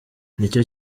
nicyo